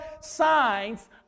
signs